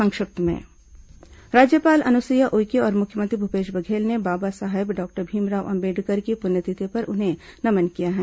संक्षिप्त समाचार राज्यपाल अनुसुईया उइके और मुख्यमंत्री भूपेश बघेल ने बाबा साहब डॉक्टर भीमराव अंबेडकर की पुण्यतिथि पर उन्हें नमन किया है